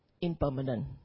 impermanent